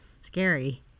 scary